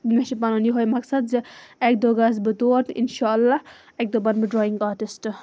مےٚ چھِ پنُن یِہوٚے مقصَد زِ اکہِ دۄہ گَس بہٕ تور تہِ اِن شاء اللہ اکہِ دۄہ بنہٕ بہٕ ڈرایِنگ آرٹِسٹ